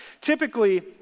Typically